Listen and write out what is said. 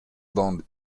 band